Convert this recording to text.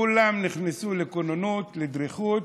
כולם נכנסו לכוננות, לדריכות.